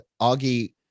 Augie